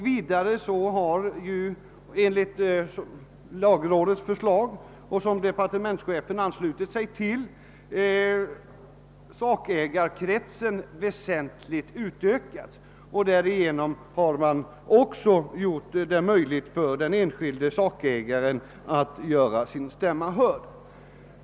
Vidare har enligt lagrådets förslag, som departementschefen ansluter: sig till, sakägarkretsen utökats, varmed man har gjort det möjligt för den enskilde sakägaren att göra sin stämma hörd.